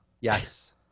Yes